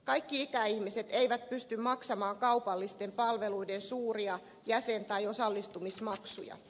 kaikki ikäihmiset eivät pysty maksamaan kaupallisten palveluiden suuria jäsen tai osallistumismaksuja